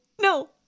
no